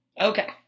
Okay